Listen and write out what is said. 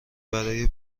برای